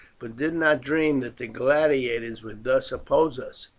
but did not dream that the gladiators would thus oppose us.